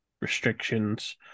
restrictions